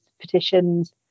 petitions